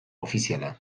ofiziala